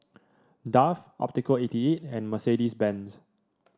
Dove Optical eighty eight and Mercedes Benz